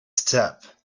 step